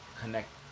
Connect